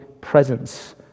presence